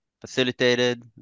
facilitated